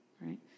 right